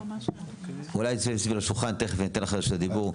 מיד ניתן לך את רשות הדיבור.